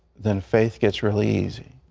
then faith gets really easy.